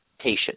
patient